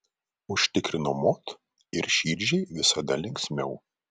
užtikrino mod ir širdžiai visada linksmiau